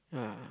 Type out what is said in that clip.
yeah